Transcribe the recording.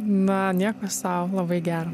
na nieko sau labai gera